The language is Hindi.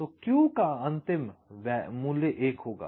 तो Q का अंतिम मूल्य 1 होगा